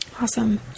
Awesome